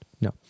No